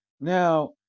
Now